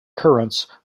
current